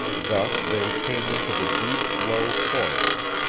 thus they came into the deep low forest,